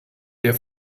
der